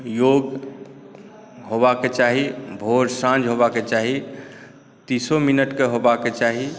योग होबाक चाही भोर साँझ होबाक चाही तीसों मिनटके होबाक चाही